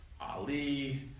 Ali